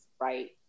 right